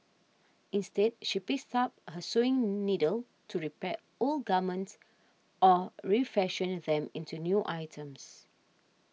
instead she picks up her sewing needle to repair old garments or refashion them into new items